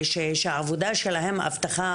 שהעבודה שלהם אבטחה,